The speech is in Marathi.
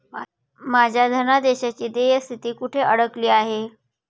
माझ्या धनादेशाची देय स्थिती कुठे अडकली आहे?